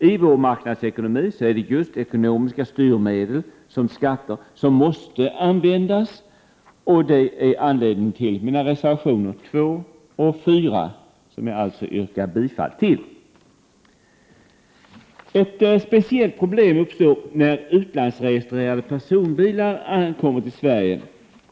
I vår marknadsekonomi är det just ekonomiska Ändrade beskettings: styrmedel som skatter som måste användas, och det är anledningen till mina SSR é F v regler för lättdiesel, reservationer 2 och 4, som jag alltså yrkar bifall till. in .m. Ett speciellt problem uppstår när utlandsregistrerade personbilar ankommer till Sverige.